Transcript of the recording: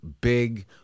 big